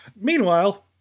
Meanwhile